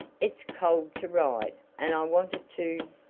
it's cold to ride, and i wanted to?